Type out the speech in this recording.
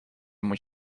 moet